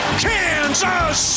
Kansas